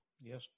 Yes